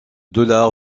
dollar